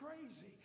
crazy